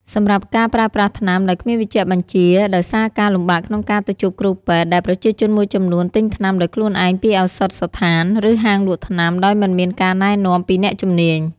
សម្រាប់ការប្រើប្រាស់ថ្នាំដោយគ្មានវេជ្ជបញ្ជាដោយសារការលំបាកក្នុងការទៅជួបគ្រូពេទ្យដែលប្រជាជនមួយចំនួនទិញថ្នាំដោយខ្លួនឯងពីឱសថស្ថាន ឬហាងលក់ថ្នាំដោយមិនមានការណែនាំពីអ្នកជំនាញ។